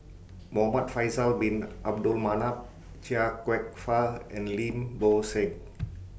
Muhamad Faisal Bin Abdul Manap Chia Kwek Fah and Lim Bo Seng